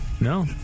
No